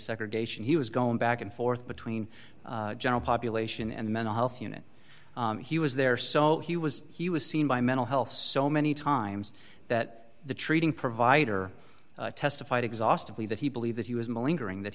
segregation he was going back and forth between general population and mental health unit he was there so he was he was seen by mental health so many times that the treating provider testified exhaustively that he believe that he was